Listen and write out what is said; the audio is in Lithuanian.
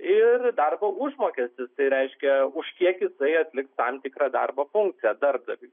ir darbo užmokestis tai reiškia už kiek jisai atliks tam tikrą darbą funkciją darbdaviui